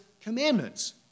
commandments